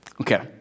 Okay